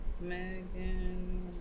megan